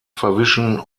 verwischen